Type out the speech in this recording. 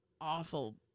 awful